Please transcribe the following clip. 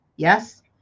Yes